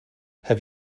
have